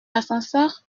l’ascenseur